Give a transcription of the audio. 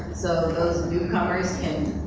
so those newcomers can